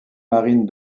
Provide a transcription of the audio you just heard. marine